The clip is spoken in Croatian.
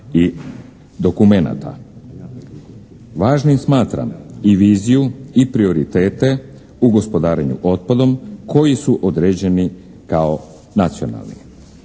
i dokumenata. Važnim smatram i viziju i prioritete u gospodarenju otpadom koji su određeni kao nacionalni.